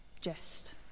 jest